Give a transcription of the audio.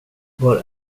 var